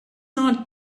not